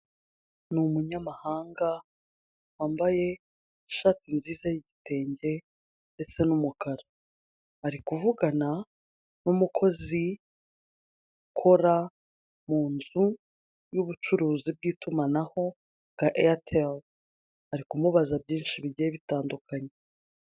Ni umunyamahanga wambaye ishati nziza y'igitenge ndetse n'umukara, ari kuvugana n'umukozi ukora mu nzu y'ubucuruzi bw'itumanaho bwa airtel, ari kumubaza byinshi bigiye bitandukanye.